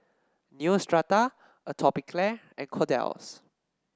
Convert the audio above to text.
Neostrata Atopiclair and Kordel's